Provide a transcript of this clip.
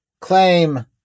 claim